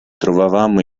trovavamo